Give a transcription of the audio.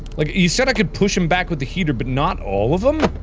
like he said i could push him back with the heater but not all of them.